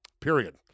Period